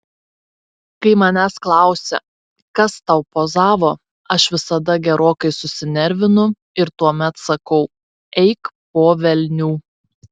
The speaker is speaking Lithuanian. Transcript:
kai manęs klausia kas tau pozavo aš visada gerokai susinervinu ir tuomet sakau eik po velnių